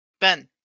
Ben